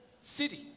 city